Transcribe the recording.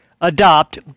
adopt